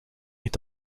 est